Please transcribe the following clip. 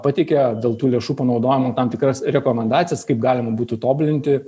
pateikia dėl tų lėšų panaudojimo tam tikras rekomendacijas kaip galima būtų tobulinti